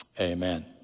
Amen